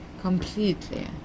completely